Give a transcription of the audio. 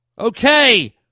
Okay